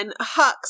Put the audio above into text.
Hux